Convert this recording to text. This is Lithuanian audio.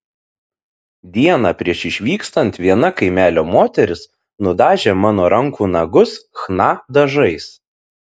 dieną prieš išvykstant viena kaimelio moteris nudažė mano rankų nagus chna dažais